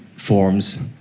Forms